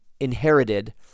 inherited